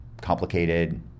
complicated